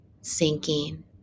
sinking